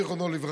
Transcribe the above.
זיכרונו לברכה,